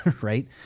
right